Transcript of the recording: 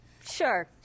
Sure